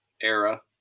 era